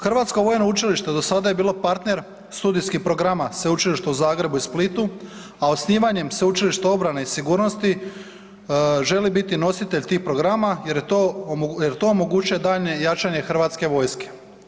Hrvatsko vojno učilište do sada je bilo partner studijskih programa sveučilišta u Zagrebu i Splitu, a osnivanjem Sveučilišta obrane i sigurnosti želi biti nositelj tih programa jer to omogućuje daljnje jačanje HV-a.